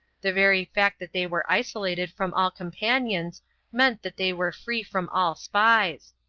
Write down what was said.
the very fact that they were isolated from all companions meant that they were free from all spies,